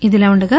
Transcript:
ఇదిలాఉండగా